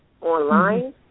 online